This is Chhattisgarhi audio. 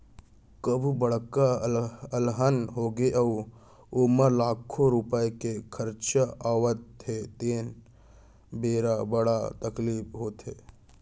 कभू बड़का अलहन होगे अउ ओमा लाखों रूपिया के खरचा आवत हे तेन बेरा बड़ तकलीफ होथे